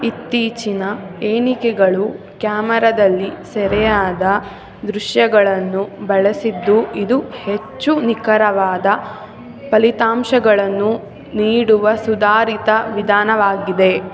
ಇತ್ತೀಚಿನ ಎಣಿಕೆಗಳು ಕ್ಯಾಮೆರಾದಲ್ಲಿ ಸೆರೆಯಾದ ದೃಶ್ಯಗಳನ್ನು ಬಳಸಿದ್ದು ಇದು ಹೆಚ್ಚು ನಿಖರವಾದ ಫಲಿತಾಂಶಗಳನ್ನು ನೀಡುವ ಸುಧಾರಿತ ವಿಧಾನವಾಗಿದೆ